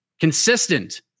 consistent